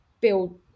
build